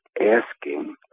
asking